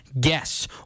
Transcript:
guess